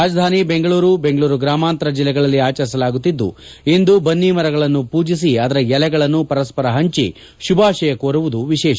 ರಾಜಧಾನಿ ಬೆಂಗಳೂರು ಬೆಂಗಳೂರು ಗ್ರಾಮಾಂತರ ಜಿಲ್ಲೆಗಳಲ್ಲಿ ಆಚರಿಸಲಾಗುತ್ತಿದ್ದು ಇಂದು ಬನ್ನಿಮರಗಳನ್ನು ಪೂಜಿಸಿ ಅದರ ಎಲೆಗಳನ್ನು ಪರಸ್ಪರ ಹಂಚಿ ಶುಭಾಶಯ ಕೋರುವುದು ವಿಶೇಷ